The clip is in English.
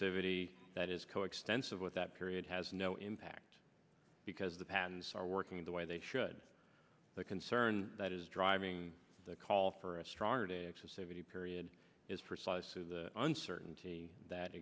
vity that is coextensive with that period has no impact because the patents are working the way they should the concern that is driving the call for a stronger day excessive a period is precisely the uncertainty that